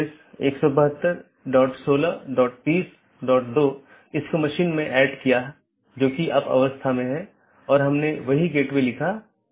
इन विशेषताओं को अनदेखा किया जा सकता है और पारित नहीं किया जा सकता है